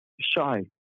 shy